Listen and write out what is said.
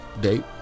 date